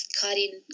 cutting